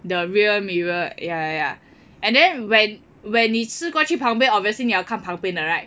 the rear mirror ya ya ya and then when when 你刺过去旁边 obviously 你要看旁边的 right